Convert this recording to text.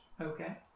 Okay